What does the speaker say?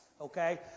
okay